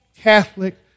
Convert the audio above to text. catholic